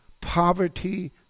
poverty